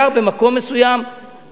גר במקום מסוים,